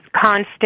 constant